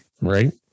right